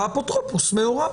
האפוטרופוס מעורב.